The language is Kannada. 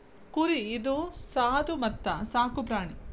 ಕುರಿ ಇದು ಸಾದು ಮತ್ತ ಸಾಕು ಪ್ರಾಣಿ